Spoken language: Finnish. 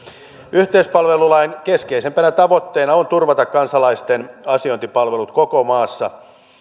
yhteispalvelulain keskeisimpänä tavoitteena on turvata kansalaisten asiointipalvelut koko maassa